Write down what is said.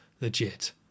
legit